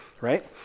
right